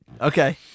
okay